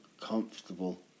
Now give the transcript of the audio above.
comfortable